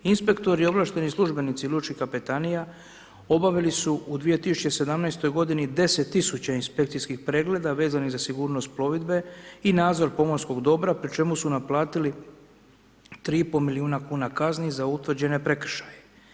Inspektori, ovlašteni službenici lučkih kapetanija obavili su u 2017. godini 10.000 inspekcijskih pregleda vezanih za sigurnost plovidbe i nadzor pomorskog dobra, pri čemu su naplatiti 3,5 milijuna kuna kazni za utvrđene prekršaje.